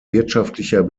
wirtschaftlicher